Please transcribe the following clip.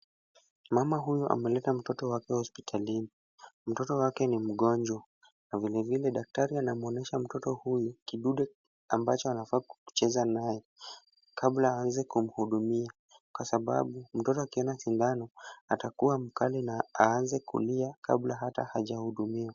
Mama huyu ameleta mtoto wake hospitalini. Mtoto wake ni mgonjwa na vile vile daktari anamuonyesha mtoto huyu kidude ambacho anafaa kucheza nayo kabla aanze kumhudumia, kwa sababu mtoto akiona sindano atakuwa mkali na aanze kulia kabla hata hajahudumiwa.